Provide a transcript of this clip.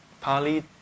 Pali